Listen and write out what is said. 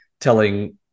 telling –